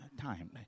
time